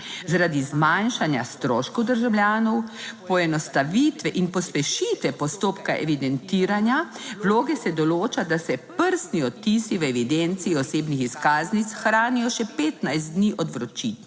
(nadaljevanje) stroškov državljanov, poenostavitve in pospešitve postopka evidentiranja. Vloge se določa, da se prstni odtisi v evidenci osebnih izkaznic hranijo še 15 dni od vročitve